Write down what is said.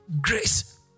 Grace